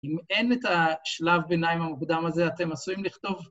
אם אין את השלב ביניים המוקדם הזה, אתם עשויים לכתוב?